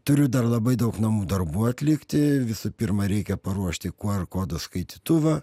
turiu dar labai daug namų darbų atlikti visų pirma reikia paruošti ku er kodų skaitytuvą